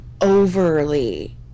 overly